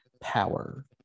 power